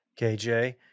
KJ